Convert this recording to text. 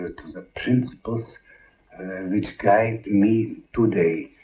ah to the principles which guide me today.